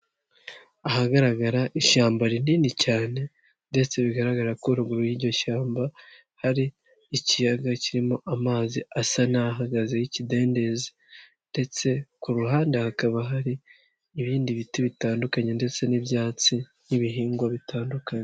Ahagaragara ishyamba rinini cyane ndetse bigaragara ko ruguru y'iryo shyamba hari ikiyaga kirimo amazi asa n'ahagaze y'ikidendezi ndetse ku ruhande hakaba hari n'ibindi biti bitandukanye ndetse n'ibyatsi n'ibihingwa bitandukanye.